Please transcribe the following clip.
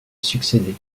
succédé